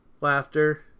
laughter